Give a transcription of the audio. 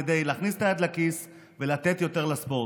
כדי להכניס את היד לכיס ולתת יותר לספורט.